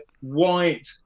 white